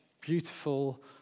beautiful